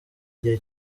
igihe